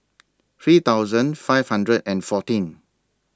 three thousand five hundred and fourteen